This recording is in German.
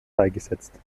beigesetzt